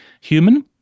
human